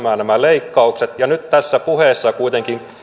nämä leikkaukset kun nyt tässä puheessa kuitenkin